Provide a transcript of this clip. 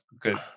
Good